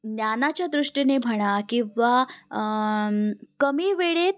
ज्ञानाच्या दृष्टीने म्हणा किंवा कमी वेळेत